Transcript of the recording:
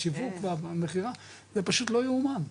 שיווק ומכירה זה פשוט לא יאומן,